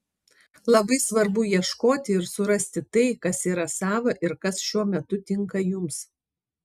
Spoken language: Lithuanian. labai svarbu ieškoti ir surasti tai kas yra sava ir kas šiuo momentu tinka jums